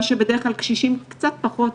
מה שבדרך כלל קשישים רוצים קצת פחות.